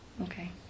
Okay